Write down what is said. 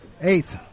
eighth